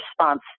response